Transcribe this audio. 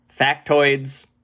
factoids